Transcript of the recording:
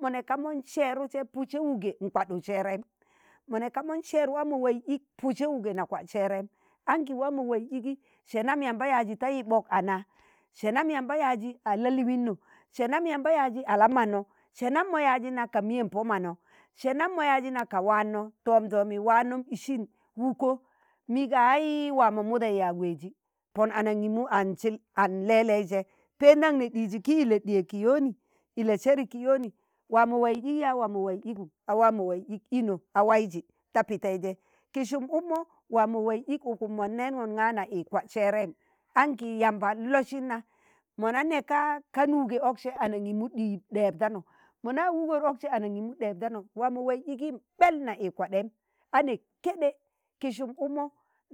mọ nẹka mọn sẹẹru sẹ pudsẹ wuge nkwaɗuk sẹẹrẹm, mọ nẹ ka mọn sẹẹr waa mọ waiz ik pudsẹ wugẹ na kwat sẹẹrim, anki waa monwaiz igi se nam yamba yaazi ta yibọk, a na sẹ nam yamba yaazi a la'liinọ, se nam yamba yaazi a la manọ, sẹ nam mọ yaazi naka miyem ma pọ manọ, se namm mọ yaazi na ka waano tọọmdọmi waanọm isin wuko miga haii̱ waa mọ mụdai yạag weji pọn anaṇgimu an sil an lẹ lẹi sẹ, pẹndaṇ ne ɗizzi ki ile ɗiye ki yooni, ile seri ki yooni waa mọ waiz ik yaa waa mọ waiz igum? a waa mo waiz ig ino a waizi ta pitaije ki sum ụkmọ waa mọ waiz ik ụkụm mọn neengọn ṇga na i kwad serem aṇki yamba losin na mọ na nẹka kan wuge ọksẹ anaṇgimu ɗib-ɗẹeb danọ, mọ na wugar ukse anang̣imu ɗẹẹb dano waa mọ waiz igim ɓẹl na ɗum kwadem a'ne keɗe ki sum ukmo mọ